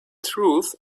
truth